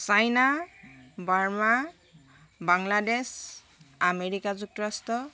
China Burma Bangladesh America যুক্তৰাষ্ট্ৰ